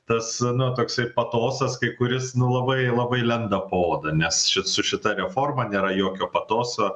tas na toksai patosas kai kuris nu labai labai lenda po oda nes šit su šita reforma nėra jokio patoso